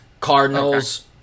Cardinals